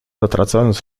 zatracając